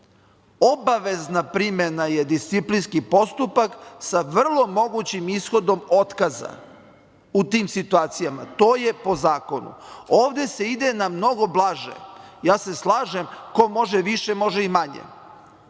obavezna primena je disciplinski postupak sa vrlo mogućim ishodom otkaza u tim situacijama to je po zakonu. Ovde se ide na mnogo blaže, ja se slažem ko može više, može i manje,